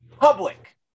public